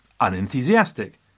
unenthusiastic